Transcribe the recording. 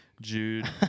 Jude